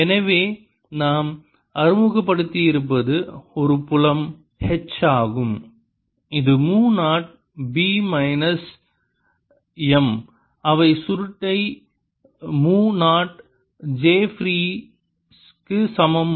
B 0M0jfree HrB 0M எனவே நாம் அறிமுகப்படுத்தியிருப்பது ஒரு புலம் H ஆகும் இது mu naught B minus M அவை சுருட்டை மு நாட் j ஃப்ரீ க்கு சமம்